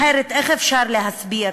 אחרת איך אפשר להסביר